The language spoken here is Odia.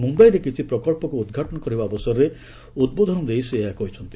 ମୁମ୍ୟାଇରେ କିଛି ପ୍ରକ୍ସକ୍ର ଉଦ୍ଘାଟନ କରିବା ଅବସରରେ ଉଦ୍ବୋଧନ ଦେଇ ସେ ଏହା କହିଛନ୍ତି